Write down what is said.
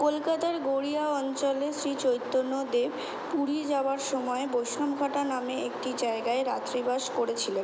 কলকাতার গড়িয়া অঞ্চলের শ্রী চৈতন্যদেব পুরী যাওয়ার সময় বৈষ্ণবঘাটা নামে একটি জায়গায় রাত্রিবাস করেছিলেন